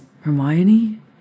Hermione